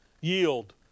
Yield